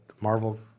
Marvel